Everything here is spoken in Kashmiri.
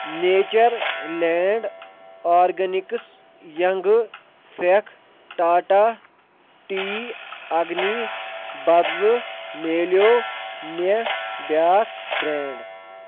نیچر لینٛڈ آرگینِکس ینٛگہٕ پھٮ۪کھ ٹاٹا ٹی أگنی بدلہٕ میلیٚو مےٚ بیٚاکھ برینٛڈ